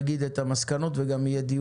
לפי הנתונים שלנו 50% מהלקוחות שהולכים לבקש